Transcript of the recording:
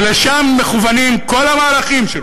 ולשם מכוונים כל המהלכים שלו,